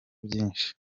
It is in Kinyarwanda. byinshi